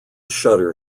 shudder